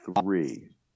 three